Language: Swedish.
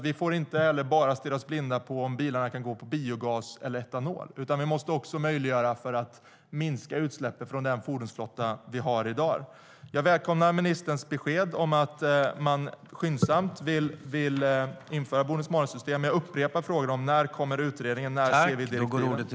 Vi får inte bara stirra oss blinda på om bilarna kan gå på biogas eller etanol, utan vi måste möjliggöra att minska utsläppen från den fordonsflotta som vi har i dag.